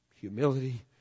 Humility